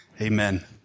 Amen